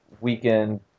weekend